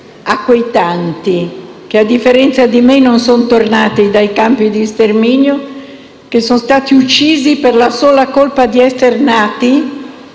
a quei tanti che, a differenza di me, non sono tornati dai campi di sterminio, che sono stati uccisi per la sola colpa di essere nati,